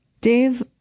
Dave